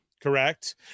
correct